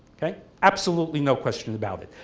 okay, absolutely no question about it.